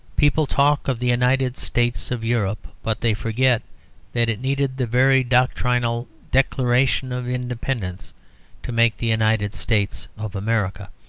people talk of the united states of europe but they forget that it needed the very doctrinal declaration of independence to make the united states of america.